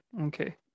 Okay